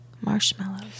Marshmallows